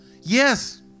Yes